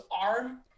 arm